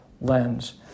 lens